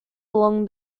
along